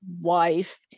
wife